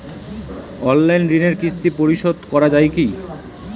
Online ঋণের কিস্তি পরিশোধ করা যায় কি?